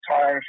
time